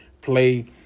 play